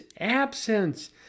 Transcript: absence